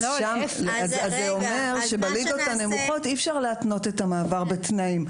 זה אומר שבליגות הנמוכות אי אפשר להתנות את המעבר בתנאים.